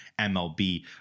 MLB